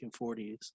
1940s